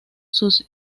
sus